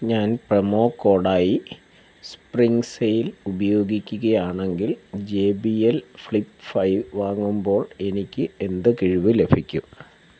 ഞാൻ പ്രൊമോ കോഡായി spring sale ഉപയോഗിക്കുകയാണെങ്കിൽ J B L Flip five വാങ്ങുമ്പോൾ എനിക്ക് എന്ത് കിഴിവ് ലഭിക്കും